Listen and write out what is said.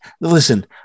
Listen